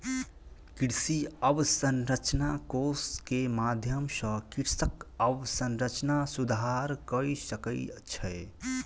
कृषि अवसंरचना कोष के माध्यम सॅ कृषक अवसंरचना सुधार कय सकै छै